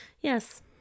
yes